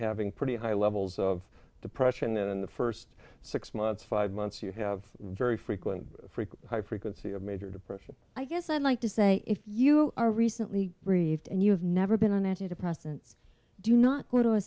having pretty high levels of depression and in the st six months five months you have very frequent frequent high frequency of major depression i guess i'd like to say if you are recently received and you've never been on antidepressants do not do